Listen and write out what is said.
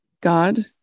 God